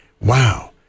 Wow